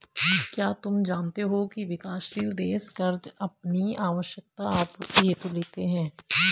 क्या तुम जानते हो की विकासशील देश कर्ज़ अपनी आवश्यकता आपूर्ति हेतु लेते हैं?